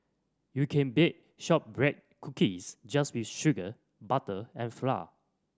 you can bake shortbread cookies just with sugar butter and flour